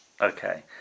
Okay